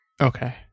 Okay